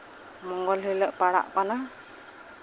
ᱢᱚᱝᱜᱚᱞ ᱦᱤᱞᱳᱜ ᱯᱟᱲᱟᱜ ᱠᱟᱱᱟ